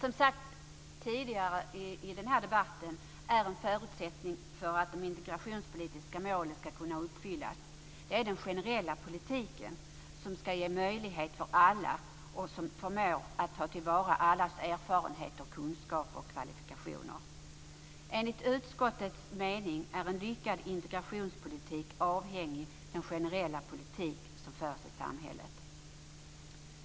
Som tidigare har sagts i debatten är en förutsättning för att de integrationspolitiska målen ska kunna uppfyllas den generella politik som ska ge möjlighet för alla och som förmår att ta till vara allas erfarenheter, kunskaper och kvalifikationer. Enligt utskottets mening är en lyckad integrationspolitik avhängig den generella politik som förs i samhället.